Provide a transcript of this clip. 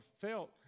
felt